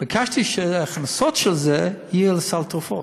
ביקשתי שההכנסות של זה יהיו לסל התרופות.